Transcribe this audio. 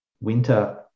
Winter